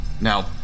Now